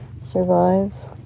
survives